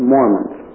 Mormons